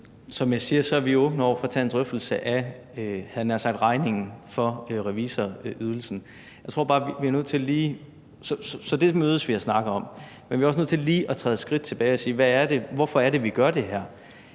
Som jeg siger, er vi åbne over for at tage en drøftelse af regningen, havde jeg nær sagt, for revisorydelsen, så det mødes vi og snakker om. Men vi er også nødt til lige at træde et skridt tilbage og spørge: Hvorfor er det, at vi gør det her?